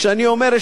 כשאני אומר,